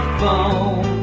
phone